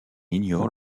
ignore